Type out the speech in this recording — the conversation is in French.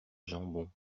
jambon